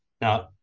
Now